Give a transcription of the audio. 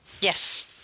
Yes